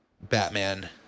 Batman